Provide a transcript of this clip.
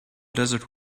desert